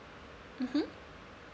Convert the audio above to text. mmhmm